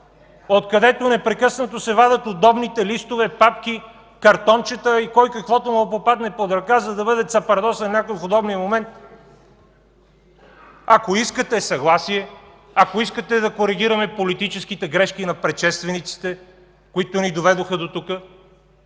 откъдето непрекъснато се вадят удобните листове, папки, картончета и на кой каквото му попадне под ръка, за да бъде цапардосан някой в удобния момент. Ако искате съгласие, ако искате да коригираме политическите грешки на предшествениците, които ни доведоха до тук,